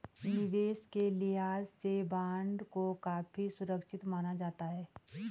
निवेश के लिहाज से बॉन्ड को काफी सुरक्षित माना जाता है